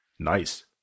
Nice